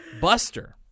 buster